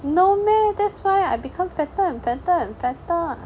no meh that's why I become fatter and fatter and fatter